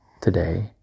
Today